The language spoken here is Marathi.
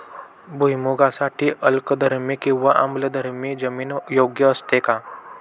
भुईमूगासाठी अल्कधर्मी किंवा आम्लधर्मी जमीन योग्य असते का?